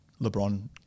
Lebron